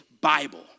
Bible